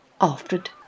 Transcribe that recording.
Alfred